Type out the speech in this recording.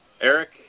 Eric